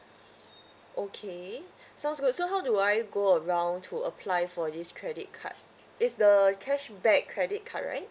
okay sounds good so how do I go around to apply for this credit card it's the cashback credit card right